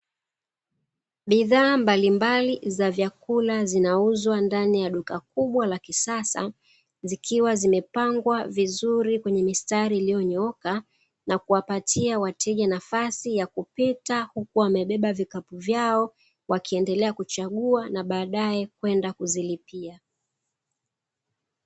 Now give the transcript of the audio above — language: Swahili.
Bidhaa mbalimbali za vyakula zinauzwa katika duka kubwa la kisasa, zikiwa zimepangwa vizuri kwenye mistari iliyonyooka na kuwapatia wateja nafasi ya kupita, huku wamebeba vikapu vyao wakiendelea kuchagua, na baadaye kwenda kuzilipia.